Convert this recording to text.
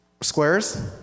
squares